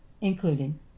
including